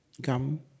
gum